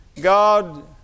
God